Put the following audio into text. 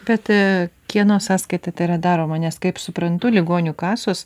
bet kieno sąskaita tai yra daroma nes kaip suprantu ligonių kasos